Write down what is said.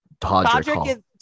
Todrick